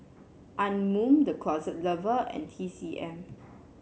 Anmum The Closet Lover and T C M